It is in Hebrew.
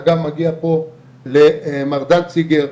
אגב מגיע פה למר דנציגר,